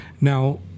Now